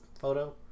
photo